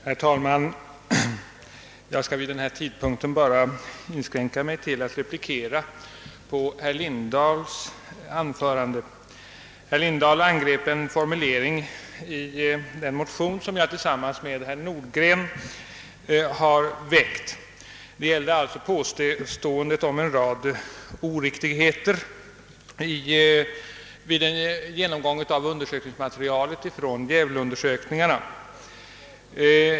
Herr talman! Jag skall vid den här tidpunkten bara inskränka mig till att replikera herr Lindahl. Han angrep en formulering i den motion som jag har väckt tillsammans med herr Nordgren; det gällde alltså påståendet om en rad oriktigheter som man funnit vid en genomgång av materialet från Gävleundersökningarna.